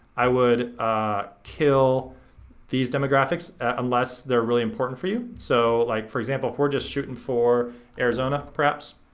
i would kill these demographics unless they're really important for you. so, like, for example, if we're just shooting for arizona, perhaps,